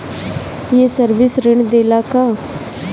ये सर्विस ऋण देला का?